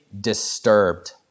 disturbed